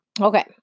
Okay